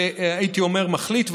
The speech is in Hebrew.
והייתי אומר מחליט,